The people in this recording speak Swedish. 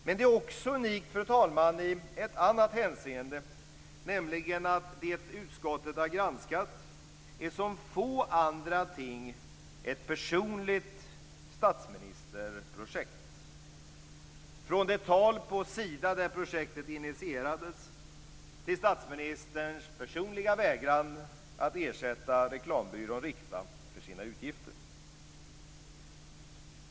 Men det är också unikt, fru talman, i ett annat hänseende, nämligen att det utskottet har granskat som få andra ting är ett personligt statsministerprojekt - från det tal på Sida där projektet initierades till statsministerns personliga vägran att ersätta reklambyrån Rikta för dess utgifter.